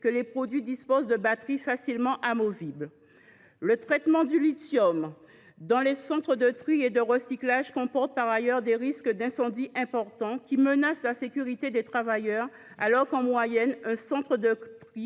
que les produits disposent de batteries facilement amovibles. Par ailleurs, le traitement du lithium dans les centres de tri et de recyclage comporte des risques d’incendie importants, qui menacent la sécurité des travailleurs : en moyenne, un centre de tri